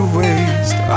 waste